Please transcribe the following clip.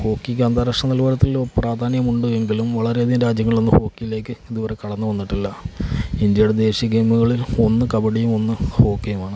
ഹോക്കിക്ക് അന്താരാഷ്ട്ര നിലവാരത്തിൽ പ്രാധാന്യമുണ്ട് എങ്കിലും വളരെയധികം രാജ്യങ്ങളൊന്നും ഹോക്കിയിലേക്ക് ഇതുവരെ കടന്ന് വന്നിട്ടില്ല ഇന്ത്യയുടെ ദേശീയ ഗെയിമുകളിൽ ഒന്ന് കബഡിയും ഒന്ന് ഹോക്കിയുമാണ്